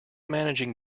managing